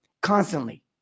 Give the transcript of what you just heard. Constantly